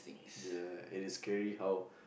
ya and it's scary how